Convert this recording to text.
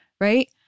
right